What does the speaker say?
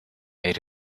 made